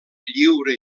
lliure